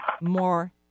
more